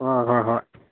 ꯍꯣꯏ ꯍꯣꯏ ꯍꯣꯏ